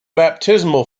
baptismal